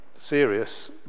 serious